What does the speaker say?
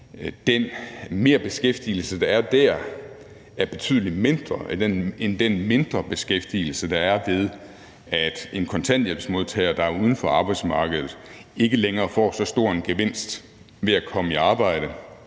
den merbeskæftigelse, der er dér, er betydelig mindre end den mindrebeskæftigelse, der er ved, at en kontanthjælpsmodtager, der er uden for arbejdsmarkedet, ikke længere får så stor en gevinst ved at komme i arbejde,